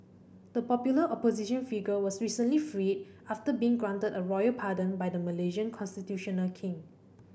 the popular opposition figure was recently freed after being granted a royal pardon by the Malaysian constitutional king